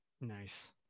Nice